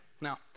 Now